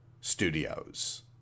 studios